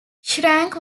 shrank